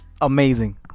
amazing